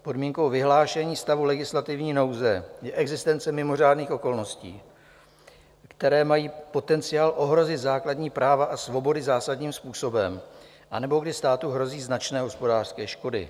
Podmínkou vyhlášení stavu legislativní nouze je existence mimořádných okolností, které mají potenciál ohrozit základní práva a svobody zásadním způsobem, anebo když státu hrozí značné hospodářské škody.